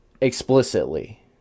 explicitly